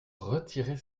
retirer